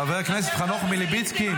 --- חבר הכנסת חנוך מלביצקי.